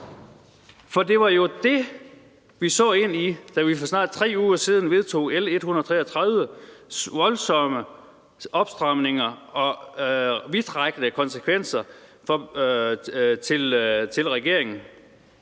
For det var det, vi så ind i, da vi for snart 3 uger siden vedtog regeringens L 133 med de voldsomme opstramninger og vidtrækkende konsekvenser, som det indebar.